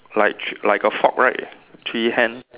like like a fork right three hand